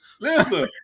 Listen